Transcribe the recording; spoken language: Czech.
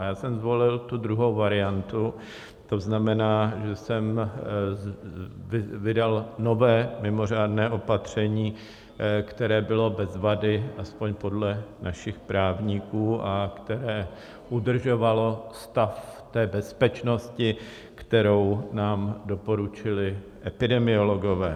A já jsem zvolil tu druhou variantu, to znamená, že jsem vydal nové mimořádné opatření, které bylo bez vady, aspoň podle našich právníků, a které udržovalo stav té bezpečnosti, kterou nám doporučili epidemiologové.